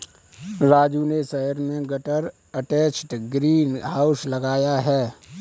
राजू ने शहर में गटर अटैच्ड ग्रीन हाउस लगाया है